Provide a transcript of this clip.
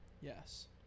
Yes